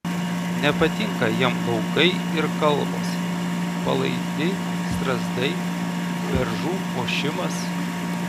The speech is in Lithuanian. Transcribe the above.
nepatinka jam laukai ir kalvos palaidi strazdai beržų ošimas